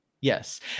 Yes